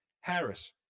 harris